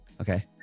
Okay